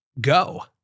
go